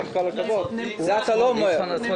זה אתה לא אומר.